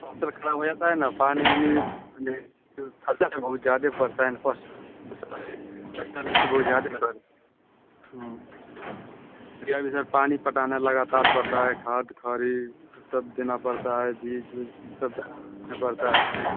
फ़सल खराब हो जाती है ना पानी उनी में तो खर्चा ना बहुत ज़्यादा पड़ता है ना बहुत ज़्यादा पर यहाँ भी सर पानी पटाना लगातार पड़ता है खाद खरी सब देना पड़ता है बीज उज सब डालना पड़ता है